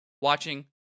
watching